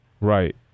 Right